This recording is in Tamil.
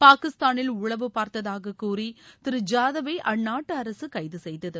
பாகிஸ்தானில் உளவு பார்த்ததாகக் கூறி திரு ஜாதவை அந்நாட்டு அரசு கைது செய்தது